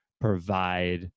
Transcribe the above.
provide